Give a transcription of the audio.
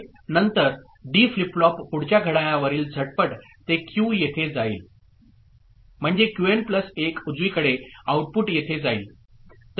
नंतर D flip flop पुढच्या घड्याळावरील झटपट ते क्यू येथे जाईल म्हणजे क्यूएन प्लस 1 उजवीकडे आउटपुट येथे जाईल